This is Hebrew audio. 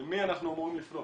למי אנחנו אמורים לפנות?